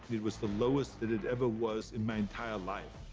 it was the lowest that it ever was in my entire life.